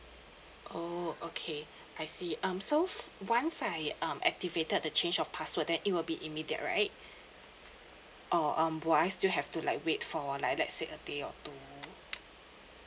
oh okay I see um so once I um activated the change of password then it will be immediate right or um would I still have to like wait for like let's say a day or two